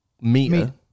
meter